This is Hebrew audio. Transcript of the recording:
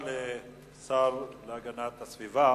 תודה לשר להגנת הסביבה.